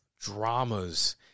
dramas